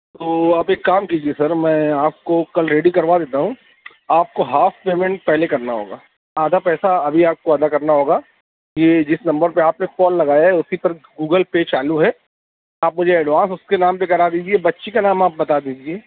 تو آپ ایک کام کیجیے سر میں آپ کو کل ریڈی کروا دیتا ہوں آپ کو ہاف پیمنٹ پہلے کرنا ہوگا آدھا پیسہ ابھی آپ کو ادا کرنا ہوگا یہ جس نمبر پہ آپ نے کال لگایا ہے اسی پر گوگل پے چالو ہے آپ مجھے ایڈوانس اس کے نام پہ کرا دیجیے بچی کا نام آپ بتا دیجیے